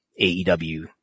AEW